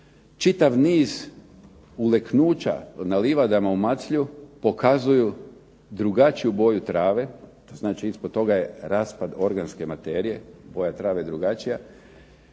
čitav niz uleknuća na livadama u Maclju pokazuju drugačiju boju trave, to znači ispod toga je raspad organske materije, boja trave je drugačija,